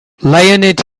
leonid